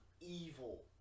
evil